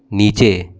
नीचे